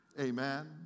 Amen